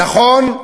נכון,